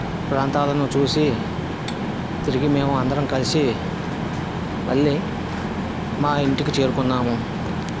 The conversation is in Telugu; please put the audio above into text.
ప్రాంతాలను చూసి తిరిగి మేము అందరం కలిసి మళ్ళీ మా ఇంటికి చేరుకున్నాము